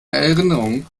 erinnerung